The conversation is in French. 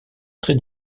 très